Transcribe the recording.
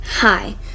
hi